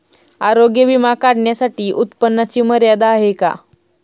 आरोग्य विमा काढण्यासाठी उत्पन्नाची मर्यादा आहे का?